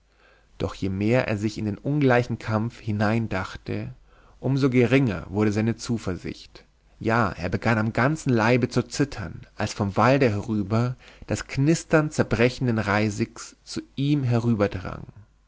doch je mehr er sich in den ungleichen kampf hineindachte um so geringer wurde seine zuversicht ja er begann am ganzen leibe zu zittern als vom walde herüber das knistern zerbrechenden reisigs zu ihm